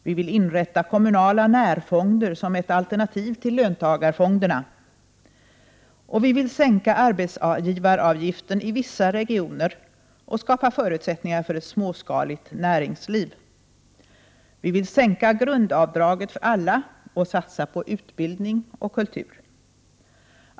Vi vill inrätta kommunala närfonder som ett alternativ till löntagarfonderna. Vi vill sänka arbetsgivaravgiften i vissa regioner och skapa förutsättningar för ett småskaligt näringsliv. Vi vill sänka grundavdraget för alla och satsa på utbildning och kultur.